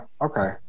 okay